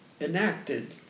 enacted